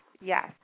Yes